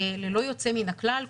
ללא יוצא מן הכלל,